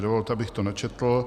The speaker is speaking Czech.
Dovolte, abych to načetl: